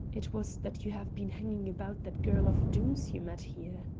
it was that you have been hanging about that girl of doom's you met here.